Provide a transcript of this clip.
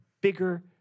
bigger